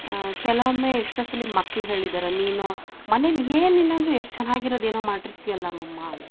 ಕೆಲವೊಮ್ಮೆ ಎಷ್ಟೊ ಸಲಿ ಮಕ್ಳು ಹೇಳಿದ್ದರೆ ನೀನು ಮನೇಲಿ ಏನು ಇಲ್ಲಾಂದರು ಎಷ್ಟು ಚೆನ್ನಾಗಿರೋದು ಏನೋ ಮಾಡಿರ್ತೀಯಲ್ಲ ಮಮ್ಮಾ ಅಂತ